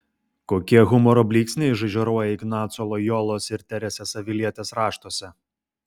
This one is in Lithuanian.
kokie humoro blyksniai žaižaruoja ignaco lojolos ir teresės avilietės raštuose